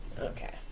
Okay